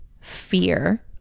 fear